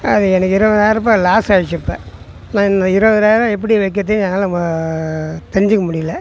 அது எனக்கு இருபதனாயரூபா லாஸ் ஆகிருச்சு இப்போ நான் இந்த இருபதனாயிரம் எப்படி வைக்கிறது என்னால் தெரிஞ்சிக்க முடியல